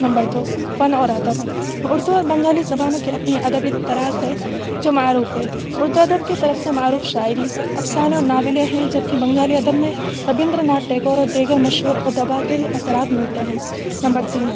number دو فن اور ادب اردو اور بنگالی زبانوں کے اپنے ادبی طراز ہیں جو معروف ہیں اردو ادب کی طرف سے معروف شاعری افسانہ ناولیں ہیں جبکہ بنگالی ادب میں ربیندر ناتھ ٹیگور اور دیگر مشہور ادبا کے اثرات ملتے ہیں نمبر تین